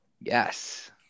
Yes